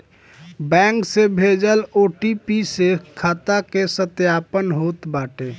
bank से भेजल OTP से खाता के सत्यापन होत बाटे